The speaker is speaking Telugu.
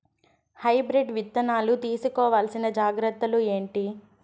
హైబ్రిడ్ విత్తనాలు తీసుకోవాల్సిన జాగ్రత్తలు ఏంటి?